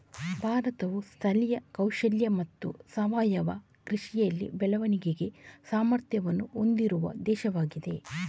ಭಾರತವು ಸ್ಥಳೀಯ ಕೌಶಲ್ಯ ಮತ್ತು ಸಾವಯವ ಕೃಷಿಯಲ್ಲಿ ಬೆಳವಣಿಗೆಗೆ ಸಾಮರ್ಥ್ಯವನ್ನು ಹೊಂದಿರುವ ದೇಶವಾಗಿದೆ